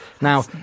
Now